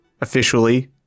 officially